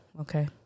okay